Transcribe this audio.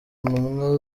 ntumwa